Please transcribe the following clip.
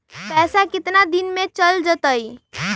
पैसा कितना दिन में चल जतई?